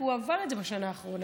כי הוא עבר את זה בשנה האחרונה,